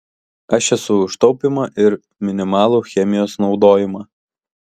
aš esu už taupymą ir minimalų chemijos naudojimą